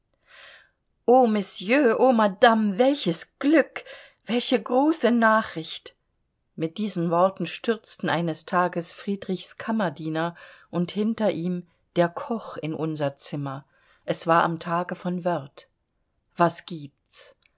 o monsieur o madame welches glück welche große nachricht mit diesen worte stürzten eines tages friedrichs kammerdiener und hinter ihm der koch in unser zimmer es war am tage von wörth was gibt's